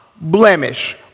blemish